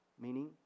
meaning